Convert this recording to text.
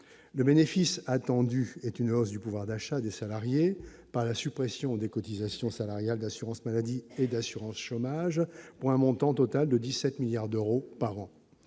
le bénéfice attendu est une hausse du pouvoir d'achat des salariés par la suppression des cotisations salariales d'assurance-maladie et d'assurance chômage pour un montant total de 17 milliards d'euros par an,